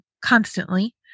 constantly